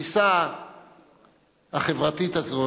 התפיסה החברתית הזאת,